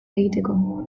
egiteko